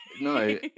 No